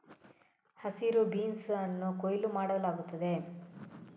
ಹಸಿರು ಬೀನ್ಸ್ ಅನ್ನು ಕೊಯ್ಲು ಮಾಡಲಾಗುತ್ತದೆ